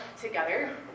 together